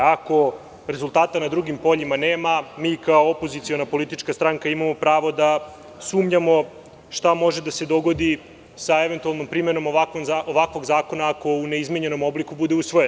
Ako rezultata na drugim poljima nema, mi kao opoziciona politička stranka imamo pravo da sumnjamo šta može da se dogodi sa eventualnom primenom ovakvog zakona ako u neizmenjenom obliku bude usvojen.